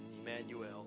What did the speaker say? Emmanuel